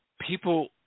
people